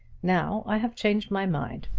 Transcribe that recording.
now i have changed my mind.